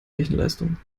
rechenleistung